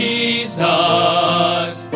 Jesus